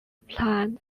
planned